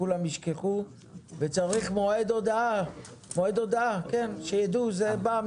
וכולם ישכחו וצריך מועד הודעה שיידעו זה בא,